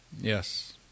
Yes